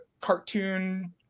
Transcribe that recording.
cartoon